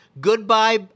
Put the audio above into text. goodbye